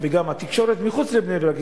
גם התקשורת מחוץ לבני-ברק,